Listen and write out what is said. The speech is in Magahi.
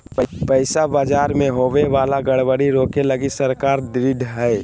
पैसा बाजार मे होवे वाला गड़बड़ी रोके लगी सरकार ढृढ़ हय